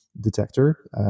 detector